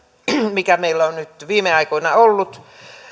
mikä meillä on nyt viime aikoina ollut